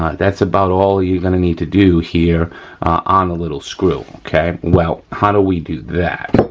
that's about all you're gonna need to do here on the little screw. okay, well, how do we do that?